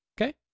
okay